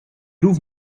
rów